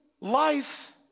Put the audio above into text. life